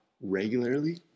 regularly